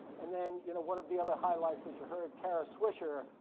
and then you know one of the other highlights, as ya heard, kara swisher,